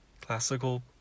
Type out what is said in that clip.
Classical